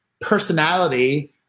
personality